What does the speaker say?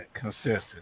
consistent